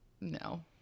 no